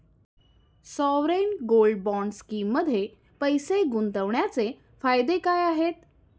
Sovereign gold bond स्कीममध्ये पैसे गुंतवण्याचे फायदे काय आहेत?